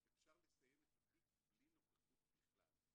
אפשר לסיים את התיק בלי נוכחות בכלל.